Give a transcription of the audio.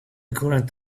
current